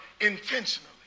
intentionally